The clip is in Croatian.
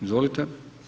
Izvolite.